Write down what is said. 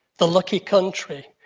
the lucky country,